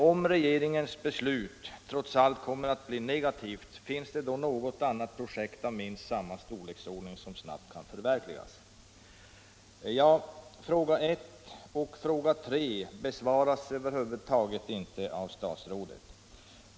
Om regeringens beslut trots allt det anförda kommer att bli negativt, finns det då i beredskap något projekt av minst samma storleksordning som snabbt kan förverkligas?” Frågorna 1 och 3 besvaras över huvud taget inte av statsrådet.